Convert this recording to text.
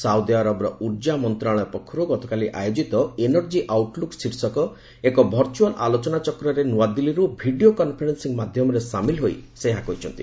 ସାଉଦିଆରବର ଉର୍ଜା ମନ୍ତ୍ରଶାଳୟ ପକ୍ଷରୁ ଗତକାଲି ଆୟୋଜିତ 'ଏନର୍ଜୀ ଆଉଟ୍ଲୁକ୍' ଶୀର୍ଷକ ଏକ ଭଚୁଆଲ୍ ଆଲୋଚନାଚର୍କରେ ନୂଆଦିଲ୍ଲୀରୁ ଭିଡ଼ିଓ କନ୍ଫରେନ୍ସିଂ ମାଧ୍ଘମରେ ସାମିଲ ହୋଇ ସେ ଏହା କହିଛନ୍ତି